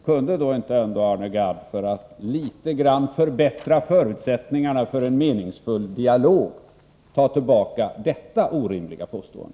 Kunde ändå inte Arne Gadd - för att litet grand förbättra förutsättningarna för en meningsfull dialog — ta tillbaka detta orimliga påstående?